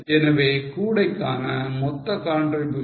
எனவே கூடைக்கான மொத்த contribution 26